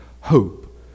hope